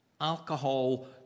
Alcohol